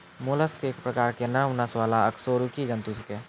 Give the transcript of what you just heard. mollusc एक प्रकार के नरम नस वाला अकशेरुकी जंतु छेकै